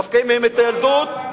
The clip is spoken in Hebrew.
מפקיעים מהם את הילדות,